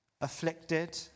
afflicted